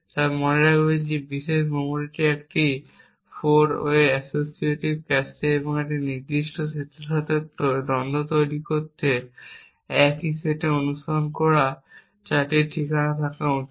তাই মনে রাখবেন যে এই বিশেষ মেমরিটি একটি 8 ওয়ে অ্যাসোসিয়েটিভ ক্যাশে এবং তাই একটি নির্দিষ্ট সেটের সাথে দ্বন্দ্ব তৈরি করতে একই ক্যাশে সেটে অনুসরণ করা 8টি ঠিকানা থাকা উচিত